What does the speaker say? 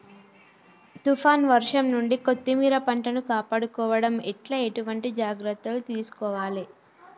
తుఫాన్ వర్షం నుండి కొత్తిమీర పంటను కాపాడుకోవడం ఎట్ల ఎటువంటి జాగ్రత్తలు తీసుకోవాలే?